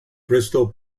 bristol